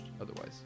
otherwise